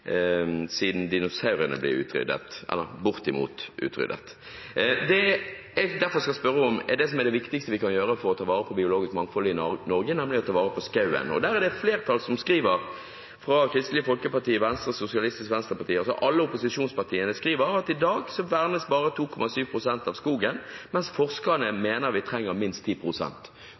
siden dinosaurene ble utryddet – bortimot utryddet. Det jeg derfor skal spørre om, dreier seg om det som er det viktigste vi kan gjøre for å ta vare på biologisk mangfold i Norge, nemlig å ta vare på skogen. I innstillingen er det et flertall – Kristelig Folkeparti og Venstre samt Sosialistisk Venstreparti og de andre opposisjonspartiene – som viser til at «i dag vernes bare 2,7 pst. av den produktive skogen, mens forskerne